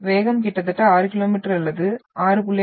வேகம் கிட்டத்தட்ட 6 கிமீ அல்லது வினாடிக்கு 6